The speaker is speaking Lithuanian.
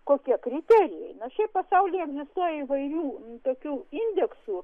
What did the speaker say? kokie kriterijai na šiaip pasaulyje egzistuoja įvairių tokių indeksų